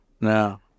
no